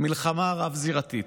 מלחמה רב-זירתית?